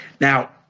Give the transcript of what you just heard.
Now